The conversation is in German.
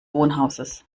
wohnhauses